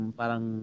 parang